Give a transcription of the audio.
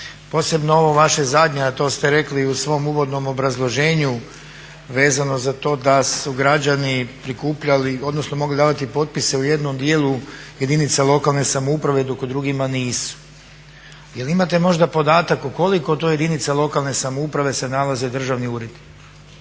posebno ovo vaše zadnje a to ste rekli i u svom uvodnom obrazloženju vezano za to da su građani prikupljali odnosno mogli davati potpise u jednom dijelu jedinica lokalne samouprave dok u drugima nisu. Jel imate možda podatak u koliko to jedinica lokalne samouprave se nalaze državni uredi?